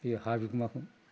बे हा बिगोमाखौ